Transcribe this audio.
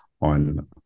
on